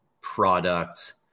product